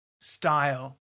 style